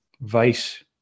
vice